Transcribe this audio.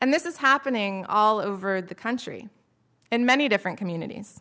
and this is happening all over the country and many different communities